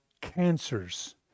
cancers